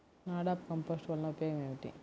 NADEP compost వలన ఉపయోగం ఏమిటి?